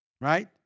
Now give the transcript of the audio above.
Right